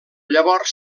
llavors